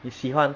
你喜欢